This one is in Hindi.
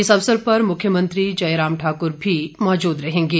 इस अवसर पर मुख्यमंत्री जयराम ठाकुर भी मौजूद रहेंगे